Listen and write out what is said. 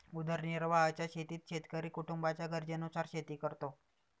उदरनिर्वाहाच्या शेतीत शेतकरी कुटुंबाच्या गरजेनुसार शेती करतो